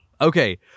Okay